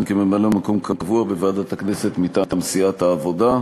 כממלא-מקום קבוע בוועדת הכנסת מטעם סיעת העבודה.